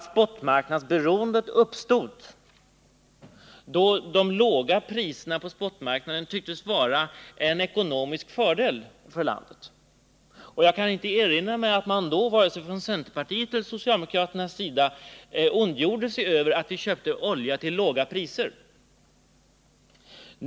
Spotmarknadsberoendet uppstod då de låga priserna på spotmarknaden tycktes vara en ekonomisk fördel för landet. Jag kan inte erinra mig att man då vare sig från centerpartiets eller socialdemokraternas sida ondgjorde sig över att vi köpte olja till låga priser.